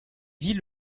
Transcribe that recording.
vit